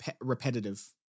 repetitive